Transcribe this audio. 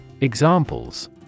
Examples